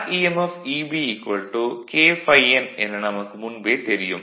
Eb K ∅ n என நமக்கு முன்பே தெரியும்